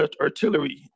artillery